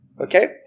Okay